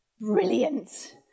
Brilliant